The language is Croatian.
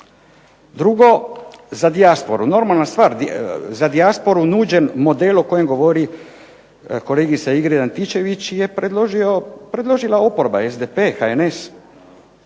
Drugo, za dijasporu. Normalna stvar, za dijasporu je nuđen model o kojem govori kolegica Ingrid Antičević je predložila oporba, SDP, HNS